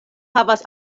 havas